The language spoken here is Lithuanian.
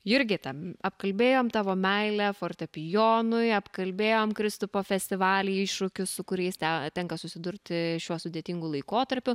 jurgita apkalbėjom tavo meilę fortepijonui apkalbėjom kristupo festivalį iššūkius su kuriais te tenka susidurti šiuo sudėtingu laikotarpiu